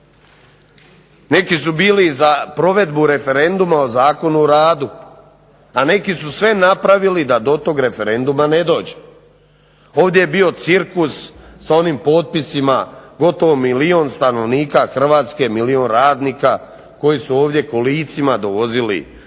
Neki su bili za provedbu referenduma o Zakonu o radu, a neki su sve napravili da do tog referenduma ne dođe. Ovdje je bio cirkus sa onim potpisima gotovo milijun stanovnika Hrvatske, milijun radnika koji su ovdje kolicima dovozili svoje